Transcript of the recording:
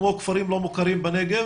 כמו כפרים לא מוכרים בנגב,